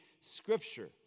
Scripture